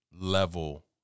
level